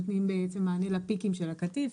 נותנים מענה ל"פיקים" של הקטיף,